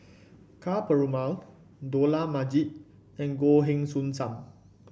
Ka Perumal Dollah Majid and Goh Heng Soon Sam